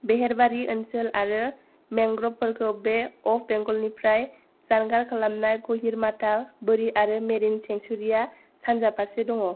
बेहेरबारि ओनसोल आरो मेंग्रबफोरखौ बेअफ बेंगलनिफ्राय जानगार खालामनाय कहिरमाथा बोरि आरो मेरिन सेंचुरिआ सानजा फारसे दङ